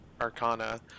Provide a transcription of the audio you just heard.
Arcana